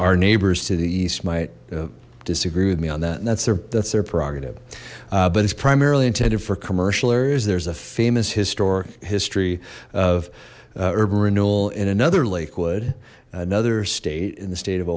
our neighbors to the east might disagree with me on that and that's their that's their prerogative but it's primarily intended for commercial areas there's a famous historic history of urban renewal in another lakewood another state in the state of